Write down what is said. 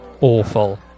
awful